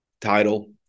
title